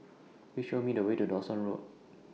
Please Show Me The Way to Dawson Road